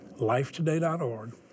LifeToday.org